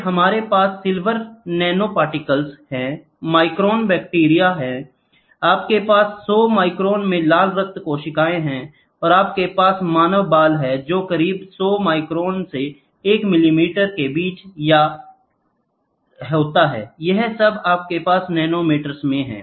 फिर हमारे पास सिल्वर नैनोपार्टिकल्स हैं माइक्रोन बैक्टीरिया आपके पास 10 माइक्रोन में लाल रक्त कोशिकाएं हैं और आपके पास मानव बाल हैं जो करीब 100 माइक्रोन से 1 मिलीमीटर के बीच है यह सब आपके पास नैनोमीटर्स में है